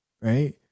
right